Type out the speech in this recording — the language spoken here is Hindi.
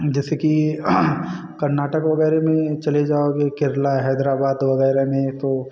जैसे की कर्नाटक वगैरह में चले जाओगे केरला हैदराबाद वगैरह में तो